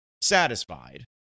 satisfied